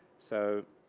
so,